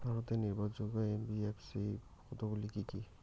ভারতের নির্ভরযোগ্য এন.বি.এফ.সি কতগুলি কি কি?